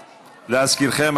להזכירכם,